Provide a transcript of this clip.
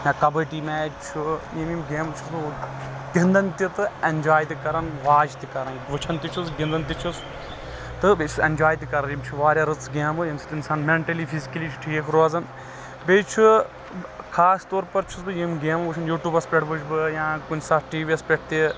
یا کبڈی میچ چھُ یِم یِم گیمہٕ چھُس بہٕ گِنٛدان تہِ تہٕ اٮ۪نجاے تہِ کران واچ تہِ کران وٕچھان تہِ چھُس گِنٛدان تہِ چھُس تہٕ بیٚیہِ چھُس اٮ۪نجاے تہِ کران یِم چھ واریاہ رٕژٕ گیمہٕ ییٚمہِ سۭتۍ اِنسان مینٹلی فِزیکٔلی چھُ ٹھیٖک روزان بیٚیہِ چھُ خاص طور پر چھُس بہٕ یِم گیمہٕ چھُس بہٕ یِم گیمہٕ وٕچھان یوٗٹیوٗبَس پٮ۪ٹھ وٕچھ یا کُنہِ ساتہٕ ٹی ویس پٮ۪ٹھ تہِ